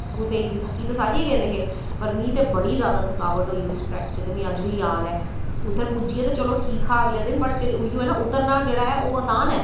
कुसै गी बी थक्की ते सारे गेदे हे पर मिगी ते बड़ी जैदा थकावट होई उस ट्रैक च ते मिगी ते अज्ज बी याद ऐ उद्धर पुज्जियै ते चलो ठीक हा अगले दिन बट उऐ हा ना उतरना जेह्ड़ा ओह् असान ऐ